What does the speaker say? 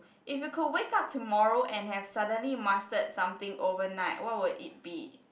if you could wake up tomorrow and have suddenly master something overnight what would it be